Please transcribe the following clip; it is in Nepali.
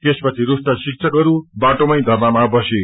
यसपछि रूष्ट शिक्षकहरू बाटोमै धरनामा बसे